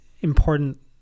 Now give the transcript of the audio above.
important